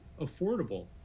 affordable